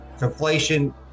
inflation